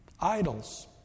idols